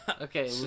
Okay